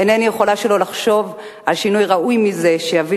אינני יכולה שלא לחשוב על שינוי ראוי יותר מזה שיביא